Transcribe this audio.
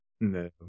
No